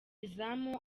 izamu